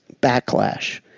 backlash